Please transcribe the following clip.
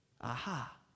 Aha